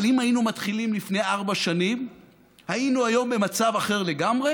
אבל אם היינו מתחילים לפני ארבע שנים היינו היום במצב אחר לגמרי